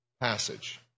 passage